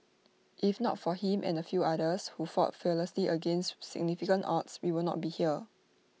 if not for him and few others who fought fearlessly against significant odds we will not be here